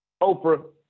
Oprah